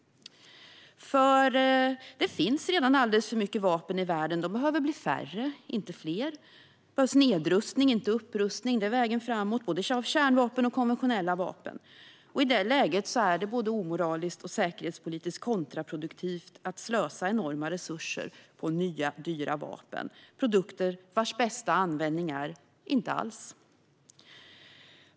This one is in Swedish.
Det finns redan alldeles för mycket vapen i världen. De behöver bli färre, inte fler. Det behövs nedrustning i stället för upprustning, både av kärnvapen och av konventionella vapen. Det är vägen framåt. I det läget är det både omoraliskt och säkerhetspolitiskt kontraproduktivt att slösa enorma resurser på nya dyra vapen, produkter vars bästa användning är - ingen alls.